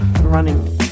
running